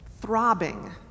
throbbing